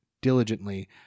diligently